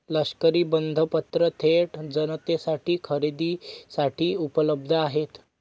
लष्करी बंधपत्र थेट जनतेसाठी खरेदीसाठी उपलब्ध आहेत